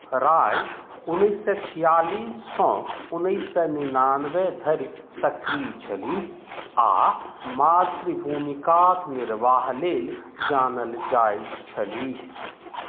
राय उन्नैस सए छियालीससँ उन्नैस सए निनानबे धरि सक्रिय छलीह आ मातृ भूमिकाक निर्वाह लेल जानल जाइत छलीह